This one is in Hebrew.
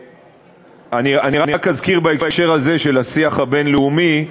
אני רק אזכיר בהקשר הזה, של השיח הבין-לאומי,